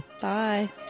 Bye